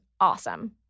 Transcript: awesome